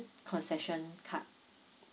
concession card